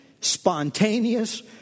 spontaneous